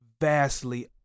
vastly